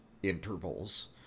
intervals